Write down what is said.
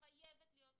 חייבת להיות התייחסות.